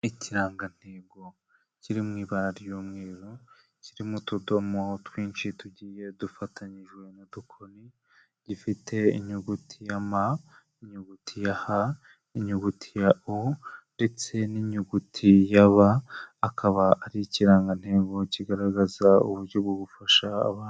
Ikirangantego, kiri mu ibara ry'umweru, kirimo utudomo twinshi tugiye dufatanyije n'udukoni, gifite inyuguti ya ma, inyuguti ya ha, inyuguti ya u ndetse n'inyuguti ya ba, akaba ari ikirangantego kigaragaza uburyo bwo gufasha abandi.